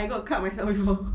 I got cut myself you know